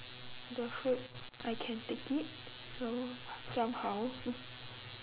the food I can take it so somehow